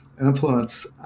influence